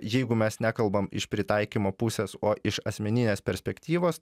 jeigu mes nekalbam iš pritaikymo pusės o iš asmeninės perspektyvos